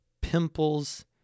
pimples